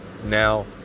now